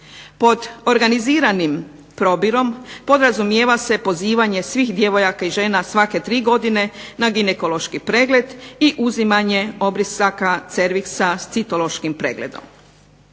Pod organiziranim probirom podrazumijeva se pozivanje svih djevojaka i žena svake 3 godine na ginekološki pregled i uzimanja obrisaka cerviksa s citološkim pregledom.